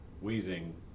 wheezing